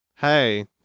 Hey